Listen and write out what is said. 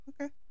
Okay